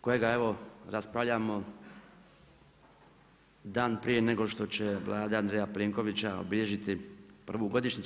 kojega evo raspravljamo dan prije nego što će Vlada Andreja Plenkovića obilježiti prvu godišnjicu.